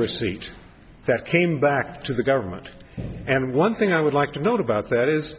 receipt that came back to the government and one thing i would like to note about that is